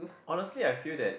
honestly I feel that